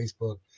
Facebook